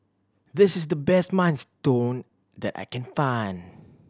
this is the best Minestrone that I can find